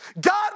God